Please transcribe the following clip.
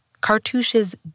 Cartouches